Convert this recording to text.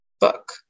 book